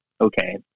okay